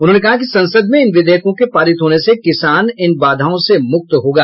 उन्होंने कहा कि संसद में इन विधेयकों के पारित होने से किसान इन बाधाओं से मुक्त होगा